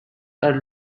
are